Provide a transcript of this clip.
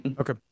Okay